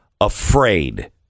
afraid